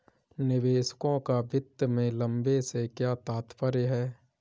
निवेशकों का वित्त में लंबे से क्या तात्पर्य है?